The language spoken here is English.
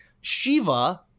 Shiva